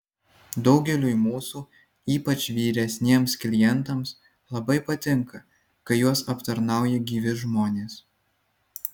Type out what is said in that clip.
daugeliui mūsų ypač vyresniems klientams labai patinka kai juos aptarnauja gyvi žmonės